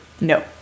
No